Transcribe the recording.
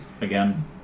again